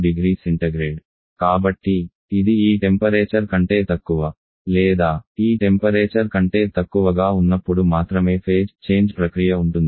కాబట్టి ఇది ఈ టెంపరేచర్ కంటే తక్కువ లేదా ఈ టెంపరేచర్ కంటే తక్కువగా ఉన్నప్పుడు మాత్రమే ఫేజ్ చేంజ్ ప్రక్రియ ఉంటుంది